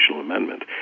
amendment